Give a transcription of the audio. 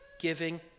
giving